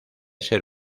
ser